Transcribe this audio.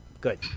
good